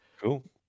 cool